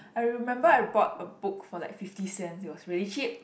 I remember I bought a book for like fifty cents it was really cheap